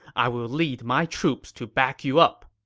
i will lead my troops to back you up.